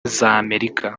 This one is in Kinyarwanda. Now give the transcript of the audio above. z’amerika